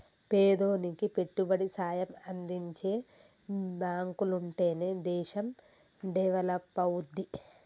పేదోనికి పెట్టుబడి సాయం అందించే బాంకులుంటనే దేశం డెవలపవుద్ది